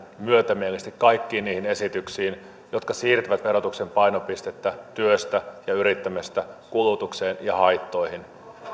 myötämielisesti kaikkiin niihin esityksiin jotka siirtävät verotuksen painopistettä työstä ja yrittämisestä kulutukseen ja haittoihin